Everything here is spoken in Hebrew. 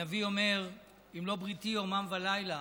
הנביא אומר: "אם לא בריתי יומם ולילה